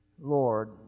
Lord